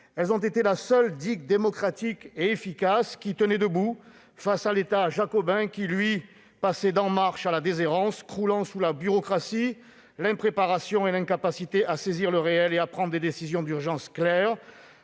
Elles ont été la seule digue démocratique et efficace qui tenait debout, face à l'État jacobin qui, lui, passait d'En Marche à la déshérence, croulant sous la bureaucratie, l'impréparation et l'incapacité à saisir le réel et à prendre des décisions d'urgence claires,